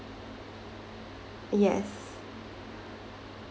yes